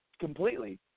completely